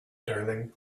darling